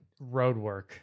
Roadwork